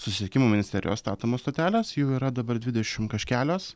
susisiekimo ministerijos statomos stotelės jų yra dabar dvidešim kažkelios